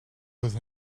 with